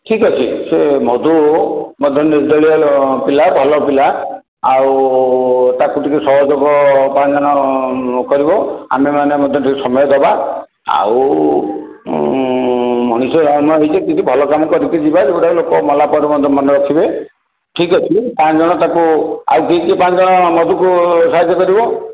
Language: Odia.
ଠିକ୍ ଅଛି ସେ ମଧୁ ମଧ୍ୟ ନିର୍ଦୟ ପିଲା ଭଲ ପିଲା ଆଉ ତାକୁ ଟିକିଏ ସହଯୋଗ ପାଞ୍ଚ ଜଣ କରିବ ଆମେମାନେ ମଧ୍ୟ ଟିକିଏ ସମୟ ଦେବା ଆଉ ମଣିଷ ଜନ୍ମ ହୋଇଛେ କିଛି ଭଲ କାମ କରିକି ଯିବା ଯେଉଁଟା ଲୋକ ମଲାପରେ ବି ମଧ୍ୟ ମାନେରଖିବେ ଠିକ୍ ଅଛି ପାଞ୍ଚ ଜଣ ତାକୁ ଆଉ କିଏ କିଏ ପାଞ୍ଚ ଜଣ ମଧୁକୁ ସାହାଯ୍ୟ କରିବ